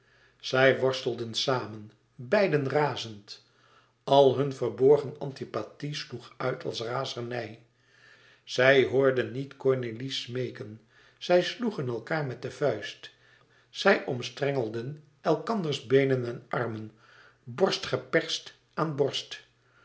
zij worstelden samen beiden razend al hunne verborgen antipathie sloeg uit als razernij zij hoorden niet cornélie's smeeken zij sloegen elkaâr met de vuist zij omstrengelden elkanders beenen en armen borst geperst aan borst